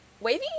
wavy